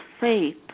faith